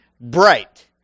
bright